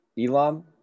Elam